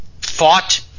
fought